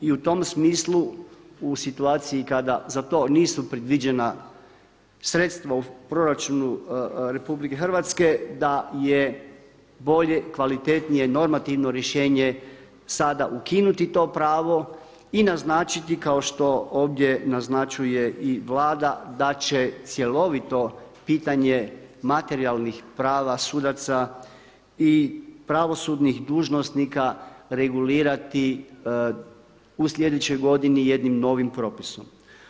I u tom smislu u situaciji kada za to nisu predviđena sredstva u proračunu RH da je bolje i kvalitetnije normativno rješenje sada ukinuti to pravo i naznačiti kao što ovdje naznačuje Vlada da će cjelovito pitanje materijalnih prava, sudaca i pravosudnih dužnosnika regulirati u sljedećoj godini jednim novim propisom.